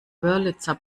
wörlitzer